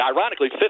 Ironically